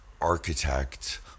architect